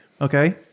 Okay